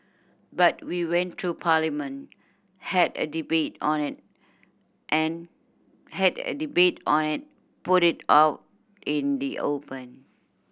but we went through Parliament had a debate on it and had a debate on it put it out in the open